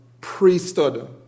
priesthood